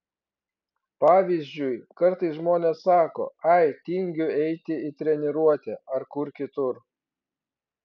pavyzdžiui kartais žmonės sako ai tingiu eiti į treniruotę ar kur kitur